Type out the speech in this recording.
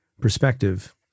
perspective